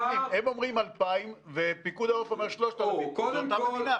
הם אומרים: 2,000 ופיקוד העורף אומר: 3,000. זו אותה מדינה,